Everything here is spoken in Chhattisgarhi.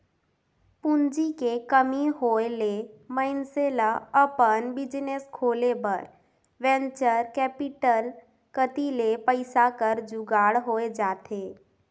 पूंजी के कमी होय ले मइनसे ल अपन बिजनेस खोले बर वेंचर कैपिटल कती ले पइसा कर जुगाड़ होए जाथे